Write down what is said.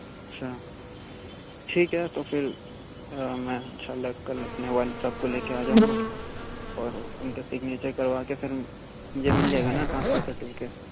اچھا ٹھیک ہے تو پھر میں اِنشاء اللہ کل اپنے والد صاحب کو لے کے آجاؤں گا اور اِن کے سگنیچر کروا کے پھر مجھے مل جائے گا نا ٹرانسفر سرٹیفکٹ